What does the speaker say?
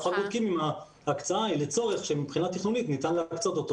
אנחנו רק בודקים אם ההקצאה היא לצורך שמבחינה תכנונית ניתן להקצות אותו.